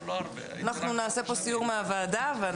נעשה סיור מטעם הוועדה.